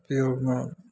ऊपयोगमे